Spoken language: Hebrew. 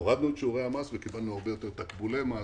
הורדנו את שיעורי המס וקיבלנו הרבה יותר תקבולי מס